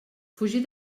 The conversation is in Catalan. fugir